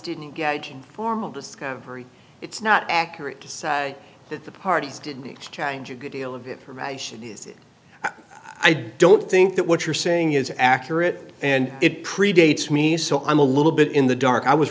didn't engage in formal discovery it's not accurate to say that the parties didn't exchange a good deal of information is it i don't think that what you're saying is accurate and it predates me so i'm a little bit in the dark i was